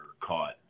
caught